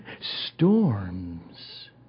Storms